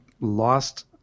lost